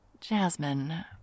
Jasmine